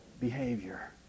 behavior